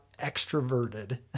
extroverted